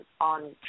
on